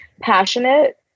Passionate